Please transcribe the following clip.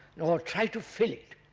nor try to fill it